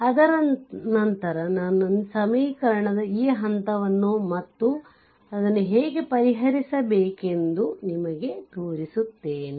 ಅದರ ನಂತರ ನಾನು ಸಮೀಕರಣದ ಆ ಹಂತವನ್ನು ಮತ್ತು ಅದನ್ನು ಹೇಗೆ ಪರಿಹರಿಸಬೇಕೆಂದು ನಿಮಗೆ ತೋರಿಸುತ್ತೇನೆ